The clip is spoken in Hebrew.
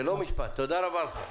תודה רבה לך.